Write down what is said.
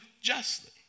justly